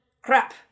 Crap